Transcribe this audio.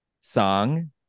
song